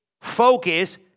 focus